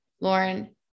Lauren